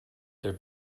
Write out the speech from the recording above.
their